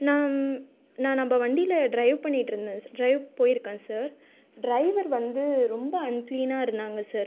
நாம் நா நம்ம வண்டியில் ட்ரைவ் பண்ணிட்டுருந்தேன் ட்ரைவ் போயிருக்கேன் சார் ட்ரைவர் வந்து ரொம்ப அன் கிளீன்னா இருந்தாங்கள் சார்